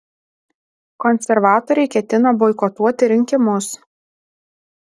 konservatoriai ketina boikotuoti rinkimus